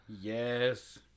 Yes